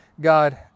God